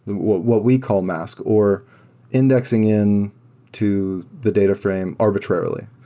what what we call mask, or indexing in to the data frame arbitrarily.